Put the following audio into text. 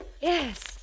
Yes